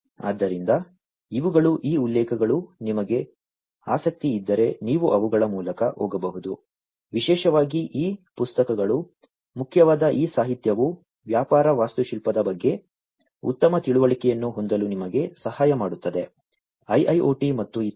ಆದ್ದರಿಂದ ಇವುಗಳು ಈ ಉಲ್ಲೇಖಗಳು ನಿಮಗೆ ಆಸಕ್ತಿಯಿದ್ದರೆ ನೀವು ಅವುಗಳ ಮೂಲಕ ಹೋಗಬಹುದು ವಿಶೇಷವಾಗಿ ಈ ಪುಸ್ತಕಗಳು ಮುಖ್ಯವಾದ ಈ ಸಾಹಿತ್ಯವು ವ್ಯಾಪಾರ ವಾಸ್ತುಶಿಲ್ಪದ ಬಗ್ಗೆ ಉತ್ತಮ ತಿಳುವಳಿಕೆಯನ್ನು ಹೊಂದಲು ನಿಮಗೆ ಸಹಾಯ ಮಾಡುತ್ತದೆ IIoT ಮತ್ತು ಇತ್ಯಾದಿ